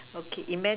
okay image